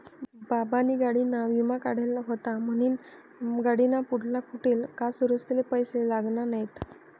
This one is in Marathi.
बाबानी गाडीना विमा काढेल व्हता म्हनीन गाडीना पुढला फुटेल काच दुरुस्तीले पैसा लागना नैत